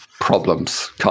problems